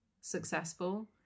successful